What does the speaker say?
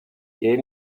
geh